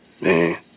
Man